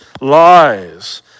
lies